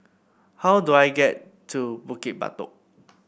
how do I get to Bukit Batok